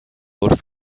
wrth